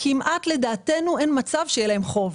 שכמעט לדעתנו אין מצב שיהיה להם חוב,